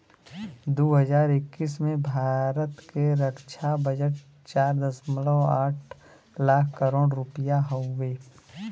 दू हज़ार इक्कीस में भारत के रक्छा बजट चार दशमलव आठ लाख करोड़ रुपिया हउवे